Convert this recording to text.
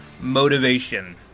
motivation